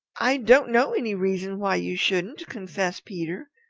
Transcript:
i don't know any reason why you shouldn't, confessed peter.